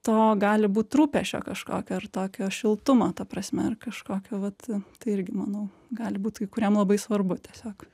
to gali būt rūpesčio kažkokio ar tokio šiltumo ta prasme ar kažkokio vat tai irgi manau gali būt kai kuriem labai svarbu tiesiog